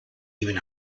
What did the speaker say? even